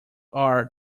are